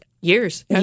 years